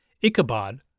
Ichabod